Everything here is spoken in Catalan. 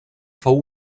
fou